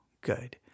Good